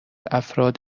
افراد